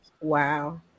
Wow